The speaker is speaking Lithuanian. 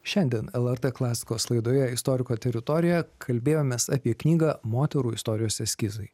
šiandien lrt klasikos laidoje istoriko teritorija kalbėjomės apie knygą moterų istorijos eskizai